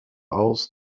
aus